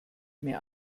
mehr